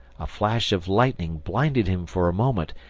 a flash of lightning blinded him for a moment,